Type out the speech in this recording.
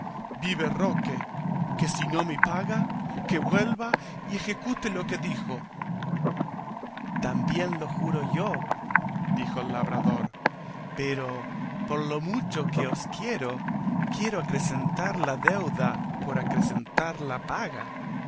vive roque que si no me paga que vuelva y ejecute lo que dijo también lo juro yo dijo el labrador pero por lo mucho que os quiero quiero acrecentar la deuda por acrecentar la paga